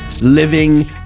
living